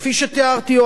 כפי שתיארתי,